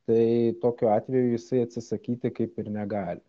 tai tokiu atveju jisai atsisakyti kaip ir negali